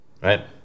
right